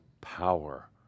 power